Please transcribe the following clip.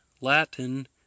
latin